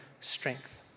strength